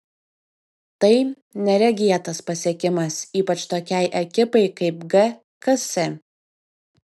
tai neregėtas pasiekimas ypač tokiai ekipai kaip gks